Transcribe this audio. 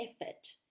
effort